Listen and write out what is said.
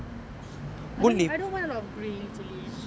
I don't I don't want a lot of greens actually